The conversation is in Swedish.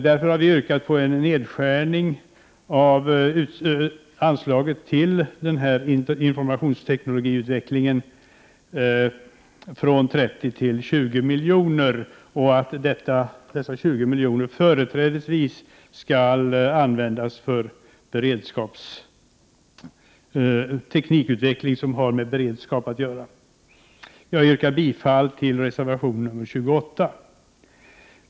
Därför har vi yrkat på en nedskärning av anslaget till informationsteknologiutveckling från 30 till 20 miljoner och att dessa 20 miljoner företrädesvis skall användas för teknikutveckling som har med beredskap att göra. Jag yrkar bifall till reservation 28.